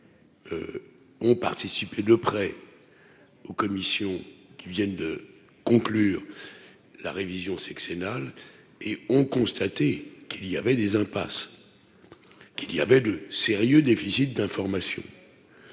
ont participé de près aux commissions qui viennent de conclure la révision Cenal et ont constaté qu'il y avait des hein, parce qu'il y avait de sérieux déficit d'information